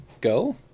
go